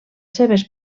seves